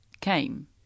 came